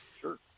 Sure